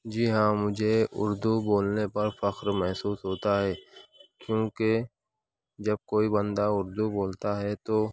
جی ہاں مجھے اردو بولنے پر فخر محسوس ہوتا ہے کیونکہ جب کوئی بندہ اردو بولتا ہے تو